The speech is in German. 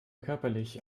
körperlich